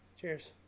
Cheers